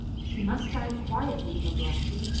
he must die quietly, babalatchi.